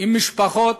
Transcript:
עם משפחות.